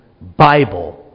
Bible